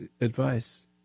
advice